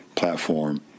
Platform